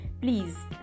please